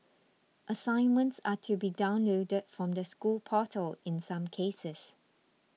assignments are to be downloaded from the school portal in some cases